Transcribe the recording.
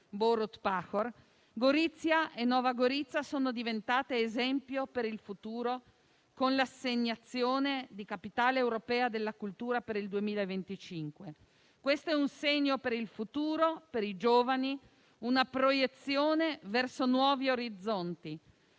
Borut Pahor - Gorizia e Nova Gorica sono diventate esempio per il futuro, con l'assegnazione di capitale europea della cultura per il 2025. Questo è un segno per il futuro e per i giovani, una proiezione verso nuovi orizzonti.